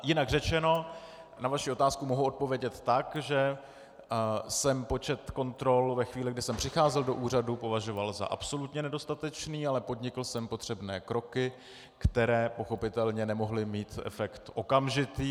Jinak řečeno, na vaši otázku mohu odpovědět tak, že jsem počet kontrol ve chvíli, kdy jsem přicházel do úřadu, považoval za absolutně nedostatečný, ale podnikl jsem potřebné kroky, které pochopitelně nemohly mít efekt okamžitý.